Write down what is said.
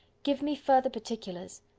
give me further particulars.